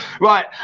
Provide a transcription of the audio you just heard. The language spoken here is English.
Right